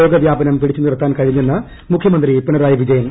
രോഗവ്യാപനം പിടിച്ചു നിർത്താൻ കഴിഞ്ഞെന്ന് മുഖ്യമന്ത്രി പിണറായി വിജയൻ